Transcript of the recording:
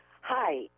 Hi